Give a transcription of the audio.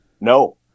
No